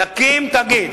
להקים תאגיד,